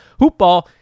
hoopball